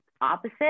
opposite